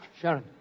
Sharon